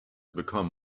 become